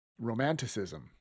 romanticism